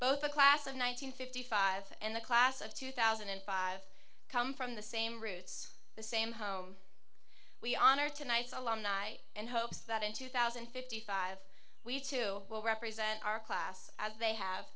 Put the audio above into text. both a class of one nine hundred fifty five and the class of two thousand and five come from the same roots the same home we honor tonight's alumni and hopes that in two thousand and fifty five we too will represent our class as they have